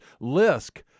Lisk